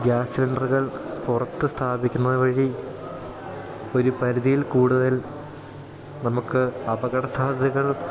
ഗ്യാസിലിണ്ടറുകൾ പുറത്ത് സ്ഥാപിക്കുന്നത് വഴി ഒരു പരിധിയിൽ കൂടുതൽ നമുക്ക് അപകട സാധ്യതകൾ